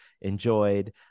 enjoyed